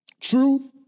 Truth